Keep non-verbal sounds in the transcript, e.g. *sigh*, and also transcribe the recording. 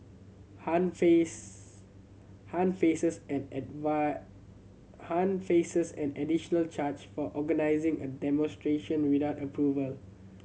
Han face Han faces an *unintelligible* Han faces an additional charge for organising a demonstration without approval